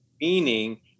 Meaning